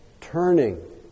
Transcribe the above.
turning